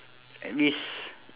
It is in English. at least